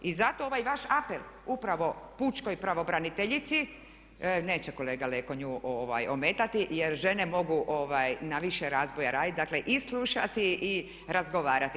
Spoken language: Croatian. I zato ovaj vaš apel upravo pučkoj pravobraniteljici, neće kolega Leko nju ometati jer žene mogu na više razboja raditi, dakle i slušati i razgovarati.